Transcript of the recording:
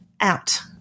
out